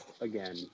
again